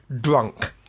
drunk